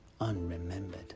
unremembered